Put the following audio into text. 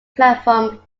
platform